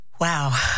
Wow